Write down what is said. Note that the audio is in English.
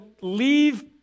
leave